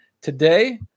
today